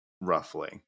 roughly